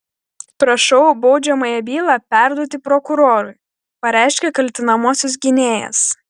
prašau baudžiamąją bylą perduoti prokurorui pareiškė kaltinamosios gynėjas